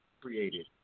created